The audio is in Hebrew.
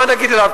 מה נגיד עליו?